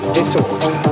disorder